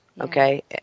okay